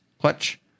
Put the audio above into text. clutch